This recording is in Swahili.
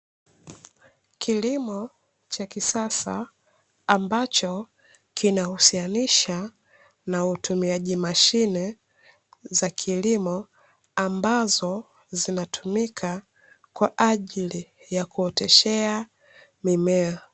Kilimo cha kisasa ambacho, kinahusianisha na utumiaji mashine za kilimo, ambazo zinatumika kwa ajili ya kuoteshea mimea.